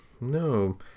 No